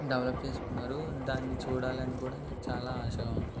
develop చేసుకున్నారు దాన్ని చూడాలని కూడా నాకు చాలా ఆశగా ఉంది